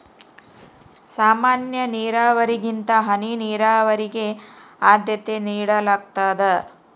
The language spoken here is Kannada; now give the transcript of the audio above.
ಸಾಮಾನ್ಯ ನೇರಾವರಿಗಿಂತ ಹನಿ ನೇರಾವರಿಗೆ ಆದ್ಯತೆ ನೇಡಲಾಗ್ತದ